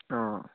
অঁ